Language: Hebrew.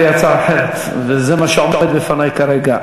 אין לי הצעה אחרת, וזה מה שעומד לפני כרגע.